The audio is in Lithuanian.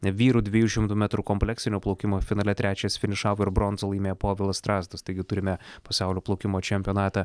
vyrų dviejų šimtų metrų kompleksinio plaukimo finale trečias finišavo ir bronzą laimėjo povilas strazdas taigi turime pasaulio plaukimo čempionatą